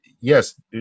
yes